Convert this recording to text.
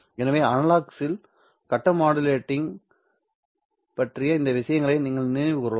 எனவே அனலாக்ஸில் கட்ட மாடுலேட்டிங் பற்றிய இந்த விஷயங்களை நீங்கள் நினைவு கூரலாம்